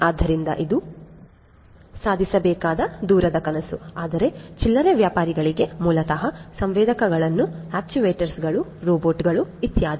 ಆದ್ದರಿಂದ ಅದು ಸಾಧಿಸಬೇಕಾದ ದೂರದ ಕನಸು ಆದರೆ ಚಿಲ್ಲರೆ ವ್ಯಾಪಾರಿಗಳಲ್ಲಿ ಮೂಲತಃ ಸಂವೇದಕಗಳು ಆಕ್ಯೂವೇಟರ್ಗಳು ರೋಬೋಟ್ಗಳು ಇತ್ಯಾದಿ